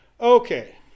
okay